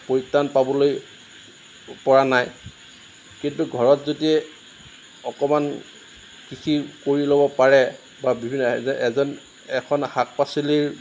পৰিত্ৰাণ পাবলৈ পৰা নাই কিন্তু ঘৰত যদি অকণমান কৃষি কৰি ল'ব পাৰে বা এখন শাক পাচলিৰ